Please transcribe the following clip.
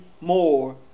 more